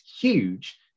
huge